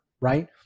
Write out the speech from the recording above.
Right